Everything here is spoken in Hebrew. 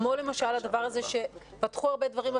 כמו למשל הדבר הזה שפתחו הרבה דברים,